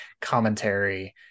commentary